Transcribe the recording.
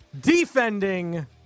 defending